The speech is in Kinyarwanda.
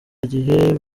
gihe